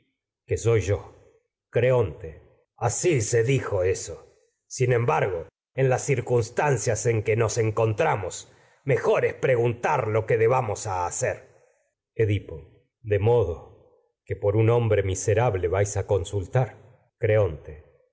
que soy yo creonte así cunstancias lo dijo eso embargo en las cir en que nos encontramos mejor es pregun tar que debamos hacer de edipo modo que por un hombre miserable vais a consultar debes